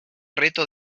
reto